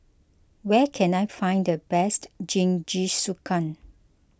where can I find the best Jingisukan